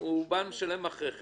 הוא בא ומשלם אחרי כן,